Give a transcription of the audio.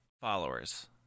followers